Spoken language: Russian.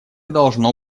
должно